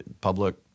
public